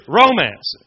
romance